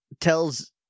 tells